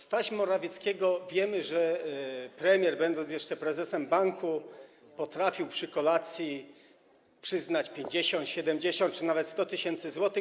Z taśm Morawieckiego wiemy, że premier, będąc jeszcze prezesem banku, potrafił przy kolacji przyznać 50, 70 czy nawet 100 tys. zł.